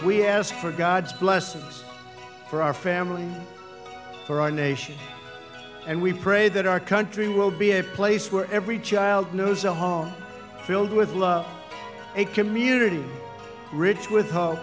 we ask for god's blessing for our family for our nation and we pray that our country will be a place where every child knows a hall filled with love a community rich with ho